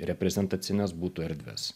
reprezentacines butų erdves